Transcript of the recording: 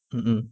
mmhmm